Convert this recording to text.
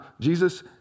Jesus